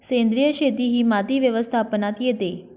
सेंद्रिय शेती ही माती व्यवस्थापनात येते